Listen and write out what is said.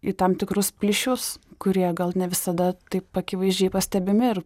į tam tikrus plyšius kurie gal ne visada taip akivaizdžiai pastebimi ir